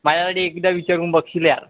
माझ्यासाठी एकदा विचारून बघशील यार